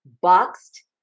boxed